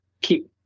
keep